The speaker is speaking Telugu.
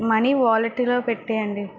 మనీ వాలెట్ లో పెట్టేయండి